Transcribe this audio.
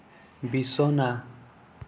বিছনা